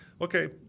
okay